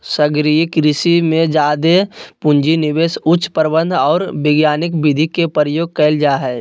सागरीय कृषि में जादे पूँजी, निवेश, उच्च प्रबंधन और वैज्ञानिक विधि के प्रयोग कइल जा हइ